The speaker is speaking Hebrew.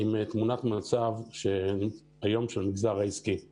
תמונת מצב של המגזר העסקי היום.